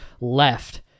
left